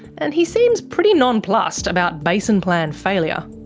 and he seems pretty nonplussed about basin plan failure.